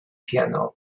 piano